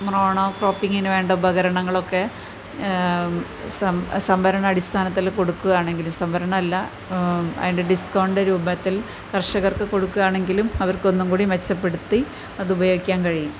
mono ക്രോപ്പിങ്ങിനു വേണ്ട ഉപകരണങ്ങളൊക്കെ സംവരണ അടിസ്ഥാനത്തിൽ കൊടുക്കുകയാണെങ്കിൽ സംവരണം അല്ല അതിന്റെ ഡിസ്കൗണ്ട് രൂപത്തിൽ കർഷകർക്ക് കൊടുക്കുകാണെങ്കിലും അവർക്ക് ഒന്നും കൂടി മെച്ചപ്പെടുത്തി അതുപയോഗിക്കാൻ കഴിയും